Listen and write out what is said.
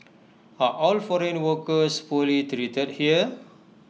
are all foreign workers poorly treated here